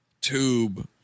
tube